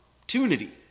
opportunity